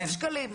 אלף שקלים.